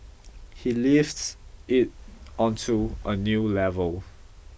he lifts it onto a new level